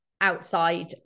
outside